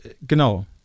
genau